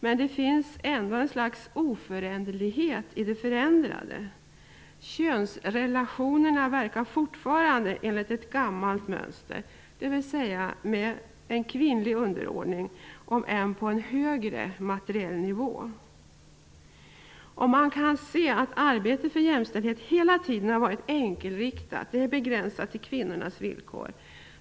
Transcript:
Men det finns ändå ett slags oföränderlighet i det förändrade. Könsrelationerna verkar fortfarande enligt gammalt mönster, dvs. med en kvinnlig underordning om än på en högre materiell nivå. Man kan se att arbetet för jämställdhet hela tiden har varit enkelriktat och begränsat till kvinnornas villkor.